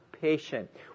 patient